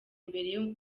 imbere